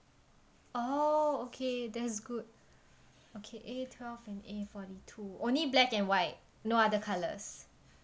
oh okay that's good okay A twelve and A forty two only black and white no other colours